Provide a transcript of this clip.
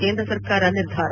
ಕೇಂದ ಸರ್ಕಾರ ನಿರ್ಧಾರ